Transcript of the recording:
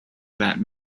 that